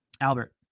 Albert